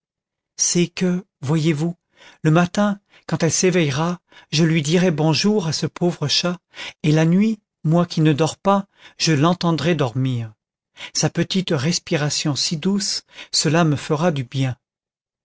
c'est que voyez-vous le matin quand elle s'éveillera je lui dirai bonjour à ce pauvre chat et la nuit moi qui ne dors pas je l'entendrai dormir sa petite respiration si douce cela me fera du bien